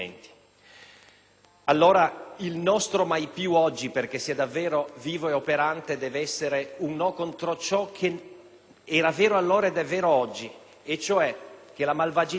Allora, il nostro "mai più" oggi, perché sia davvero vivo e operante, deve essere un no contro ciò che era vero allora ed è vero oggi, cioè che la malvagità